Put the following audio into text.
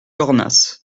cornas